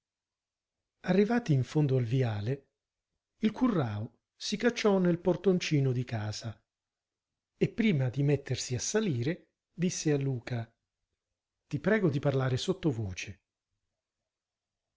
arrivati in fondo al viale il currao si cacciò nel portoncino di casa e prima di mettersi a salire disse a luca ti prego di parlare sottovoce